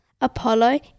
Apollo